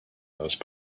those